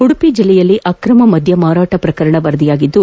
ಉಡುಪಿ ಜಿಲ್ಲೆಯಲ್ಲೂ ಆಕ್ರಮ ಮದ್ದ ಮಾರಾಟ ಪ್ರಕರಣ ವರದಿಯಾಗಿದ್ದು